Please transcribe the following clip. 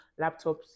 laptops